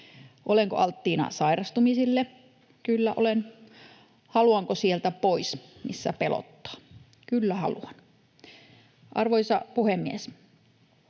Olenko alttiina sairastumisille? Kyllä olen. Haluanko pois sieltä, missä pelottaa? Kyllä haluan. Arvoisa puhemies!